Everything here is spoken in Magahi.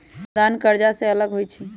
अनुदान कर्जा से अलग होइ छै